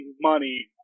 money